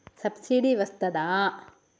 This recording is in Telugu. సబ్సిడీ వస్తదా?